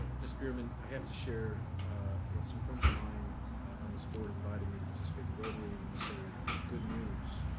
ms. behrmann, i have to share what some friends of mine on this board invited me to participate in rotary, and we say good news,